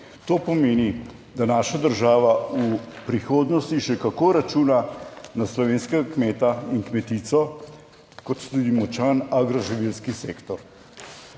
To pomeni, da naša država v prihodnosti še kako računa na slovenskega kmeta in kmetico, kot tudi močan agroživilski sektor.